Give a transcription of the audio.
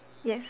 yes